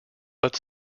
but